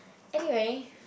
anyway